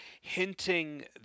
hinting